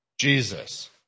Jesus